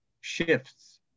shifts